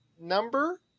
number